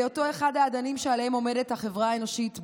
בהיותו אחד האדנים שעליהם עומדת החברה האנושית,